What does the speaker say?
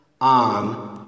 on